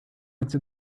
into